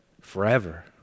forever